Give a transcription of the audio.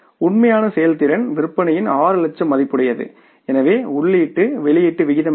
உண்மையான செயல்திறன் விற்பனையின் 6 லட்சம் மதிப்புடையது எனவே உள்ளீட்டு வெளியீட்டு விகிதம் என்ன